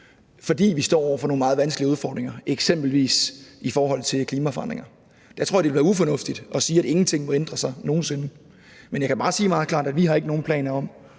fordi vi står over for nogle meget vanskelige udfordringer, eksempelvis i forhold til klimaforandringer. Jeg tror, det ville være ufornuftigt at sige, at ingenting må ændre sig nogen sinde. Men jeg kan bare sige meget klart, at vi ikke har nogen planer om